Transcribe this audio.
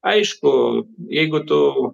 aišku jeigu tu